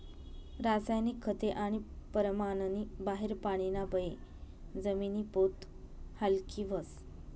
रासायनिक खते आणि परमाननी बाहेर पानीना बये जमिनी पोत हालकी व्हस